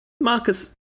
Marcus